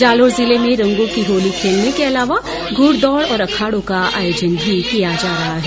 जालौर जिले में रंगों की होली खेलने के अलावा घूडदौड और अखाड़ों का आयोजन भी किया जा रहा है